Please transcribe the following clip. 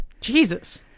Jesus